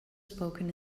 spoken